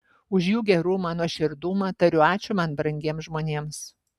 už jų gerumą nuoširdumą tariu ačiū man brangiems žmonėms